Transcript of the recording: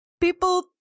people